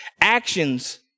Actions